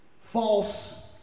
false